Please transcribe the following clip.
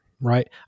Right